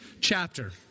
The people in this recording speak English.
chapter